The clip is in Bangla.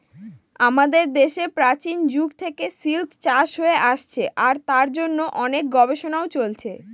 আমাদের দেশে প্রাচীন যুগ থেকে সিল্ক চাষ হয়ে আসছে আর তার জন্য অনেক গবেষণাও চলছে